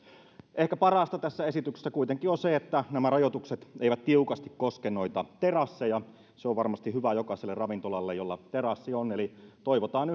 ehkä parasta tässä esityksessä kuitenkin on se että nämä rajoitukset eivät tiukasti koske terasseja se on varmasti hyvä jokaiselle ravintolalle jolla terassi on eli toivotaan